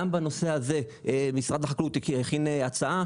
גם בנושא הזה משרד החקלאות הכין הצעה,